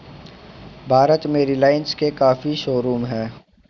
भारत में रिलाइन्स के काफी शोरूम हैं